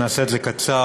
נעשה את זה קצר.